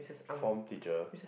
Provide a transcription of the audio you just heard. form teacher